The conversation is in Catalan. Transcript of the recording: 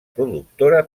productora